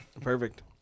Perfect